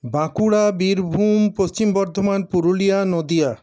Bankura Birbhum Paschim Bardhaman Purulia Nadia